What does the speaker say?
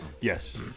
Yes